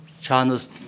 China's